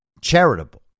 charitable